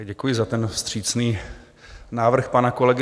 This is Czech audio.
Děkuji za ten vstřícný návrh pana kolegy.